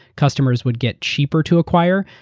customers would get cheaper to acquire.